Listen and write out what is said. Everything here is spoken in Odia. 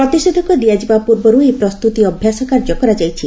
ପ୍ରତିଷେଧକ ଦିଆଯିବା ପୂର୍ବରୁ ଏହି ପ୍ରସ୍ତୁତି ଅଭ୍ୟାସ କାର୍ଯ୍ୟ କରାଯାଇଛି